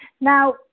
Now